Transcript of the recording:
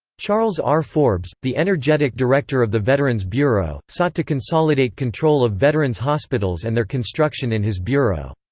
charles r. forbes, the energetic director of the veterans' bureau, sought to consolidate control of veterans' hospitals and their construction in his bureau.